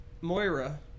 Moira